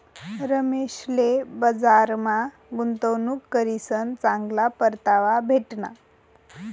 रमेशले बजारमा गुंतवणूक करीसन चांगला परतावा भेटना